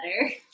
better